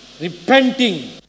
Repenting